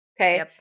Okay